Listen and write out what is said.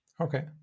Okay